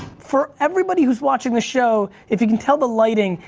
for everybody who's watching this show, if you can tell the lighting,